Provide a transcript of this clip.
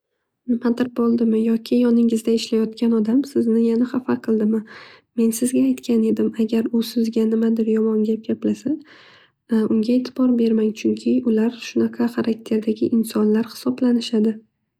Nimadir bo'ldimi yoki yoningizda ishlayotgan odam hafa qildimi. Men sizga aytgan edim agar us sizga nimadir yomon gap gaplasa unga etibor bermang. Chunki ular shunaqa harakterdagi insonlar hisoblanishadi.